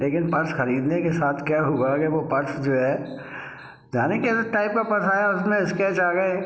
लेकिन पर्स खरीदने के साथ क्या हुआ कि वो पर्स जो है जाने कैसे टाइप का पर्स आया उसमें स्क्रैच आ गया है